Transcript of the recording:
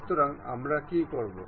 সুতরাং আমরা কি করব